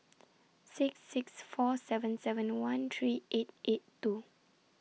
six six four seven seven one three eight eight two